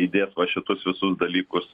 įdėt va šituos visus dalykus